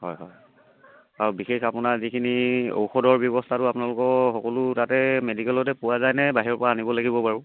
হয় হয় আৰু বিশেষ আপোনাৰ যিখিনি ঔষধৰ ব্যৱস্থাটো আপোনালোকৰ সকলো তাতে মেডিকেলতে পোৱা যায় নে বাহিৰৰ পৰা আনিব লাগিব বাৰু